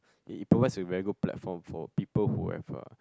it it provides a very good platform for people who have a